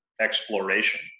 exploration